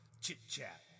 chit-chat